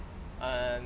and